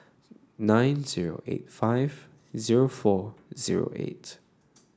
nine zero eight five zero four zero eight